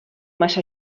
massa